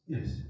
Yes